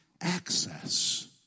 access